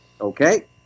okay